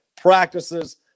practices